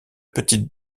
petites